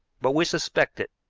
but we suspect it.